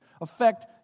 affect